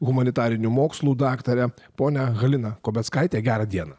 humanitarinių mokslų daktarę ponią haliną kobeckaitę gerą dieną